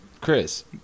Chris